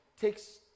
takes